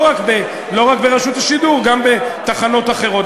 לא רק ברשות השידור, גם בתחנות אחרות.